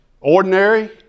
ordinary